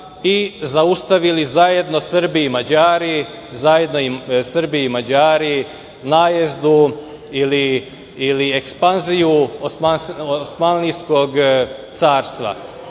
i zaustavili zajedno Srbi i Mađari najezdu ili ekspanziju Osmanlijskog carstva.